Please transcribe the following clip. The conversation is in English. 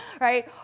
right